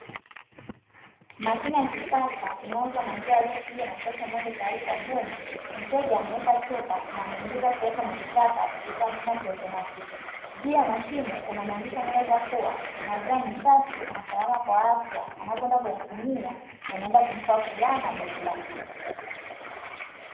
Mashine ya kisasa inayouza maziwa ambayo yashachujwa na kupashwa moto tayari kwa kunywa, mteja ameweka chupa na anaingiza kiasi anachotaka kupitia mfumo wa kiotomatiki, juu ya ya mashine kuna maandishi yanayoweza kuwa maziwa ni safi na mazuri kwa afya anapo kwenda kuyatumia yanampa furaha na burudani.